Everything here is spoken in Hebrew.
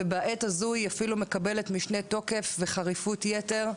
ובעת הזו היא אפילו מקבלת משנה תוקף וחריפות יתר.